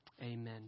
Amen